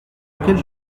laquelle